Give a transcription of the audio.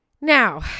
Now